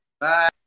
Bye